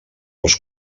als